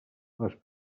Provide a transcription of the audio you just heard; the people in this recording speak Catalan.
les